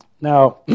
Now